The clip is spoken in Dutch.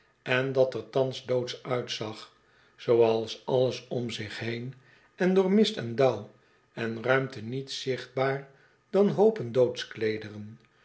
en dat er thans doodsch uitzag zooals alles om zich heen en door mist en dauw en ruimte niets zichtbaar dan